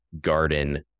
garden